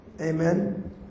amen